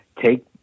take